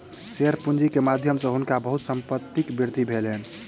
share पूंजी के माध्यम सॅ हुनका बहुत संपत्तिक वृद्धि भेलैन